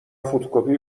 فتوکپی